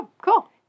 cool